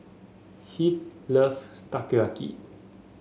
Heath love Takoyaki